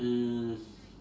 mm